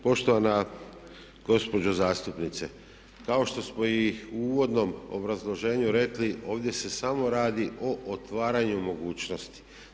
Poštovana gospođo zastupnice, kao što smo i u uvodnom obrazloženju rekli ovdje se samo radi o otvaranju mogućnosti.